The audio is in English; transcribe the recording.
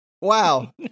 Wow